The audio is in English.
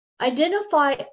identify